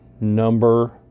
number